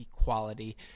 equality